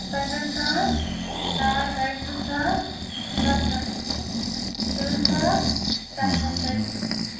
پَنٛداہ ساس ساڑ دۄیہِ تٕرٕٛہ ساس سَتھ ہَتھ وُہ تٕرٕٛہ ساس سَتھ ہَتھ ژَتجی